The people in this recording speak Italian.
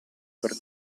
per